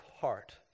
heart